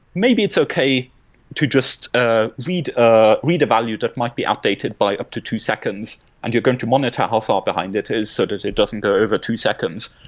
maybe it's okay to just ah read ah read a value that might be outdated by up to two seconds and you're going to monitor how far behind it is so that it doesn't go over two seconds.